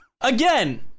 Again